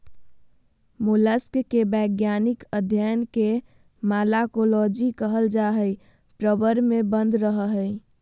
mollusc के वैज्ञानिक अध्यन के मालाकोलोजी कहल जा हई, प्रवर में बंद रहअ हई